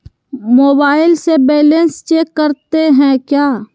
Mobile से balance check करते हैं क्या?